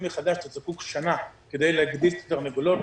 מחדש אתה זקוק לשנה כדי לגדל את התרנגולות,